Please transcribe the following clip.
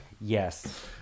Yes